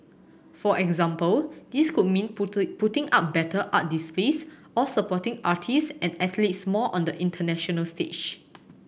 for example this could mean putter putting up better art displays or supporting artist and athletes more on the international stage